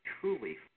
truly